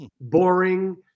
boring